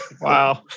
Wow